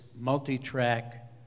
Multi-track